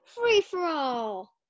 free-for-all